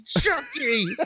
Chucky